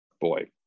Boy